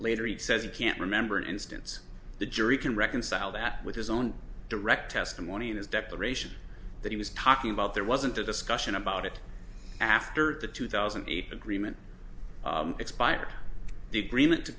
later it says it can't remember an instance the jury can reconcile that with his own direct testimony in this deprivation that he was talking about there wasn't a discussion about it after the two thousand and eight agreement expired the agreement to